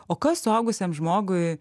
o kas suaugusiam žmogui